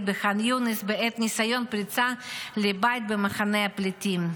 בחאן יונס בעת ניסיון פריצה לבית במחנה הפליטים.